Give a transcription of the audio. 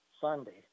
Sunday